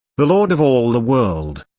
the lord of all the world.